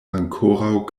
ankoraŭ